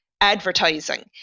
advertising